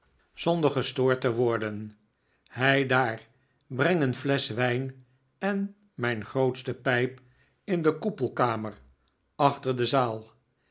zonder gestoord te worden heidaar breng een flesch wijn en mijn grootste pijp in de koepelkamer achter de zaal